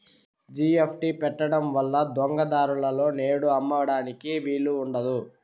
GST పెట్టడం వల్ల దొంగ దారులలో నేడు అమ్మడానికి వీలు ఉండదు